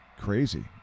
Crazy